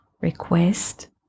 request